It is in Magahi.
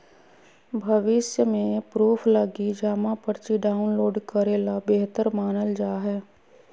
भविष्य के प्रूफ लगी जमा पर्ची डाउनलोड करे ल बेहतर मानल जा हय